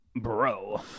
bro